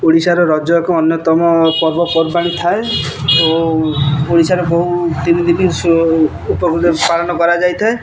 ଓଡ଼ିଶାର ରଜ ଏକ ଅନ୍ୟତମ ପର୍ବପର୍ବାଣି ଥାଏ ଓ ଓଡ଼ିଶାରେ ବହୁ ତିନି ଦିନି ଉପକୃତ ପାଳନ କରାଯାଇଥାଏ